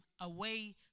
away